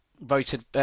voted